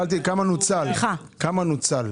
כמה נוצל?